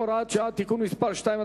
הוראת שעה) (תיקון מס' 2),